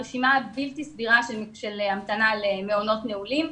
רשימה הבלתי סבירה של המתנה למעונות נעולים.